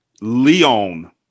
Leon